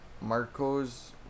Marcos